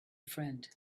friend